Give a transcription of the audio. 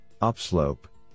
upslope